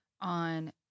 on